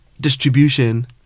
distribution